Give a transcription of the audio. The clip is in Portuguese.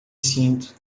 sinto